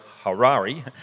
Harari